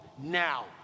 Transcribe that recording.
now